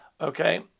Okay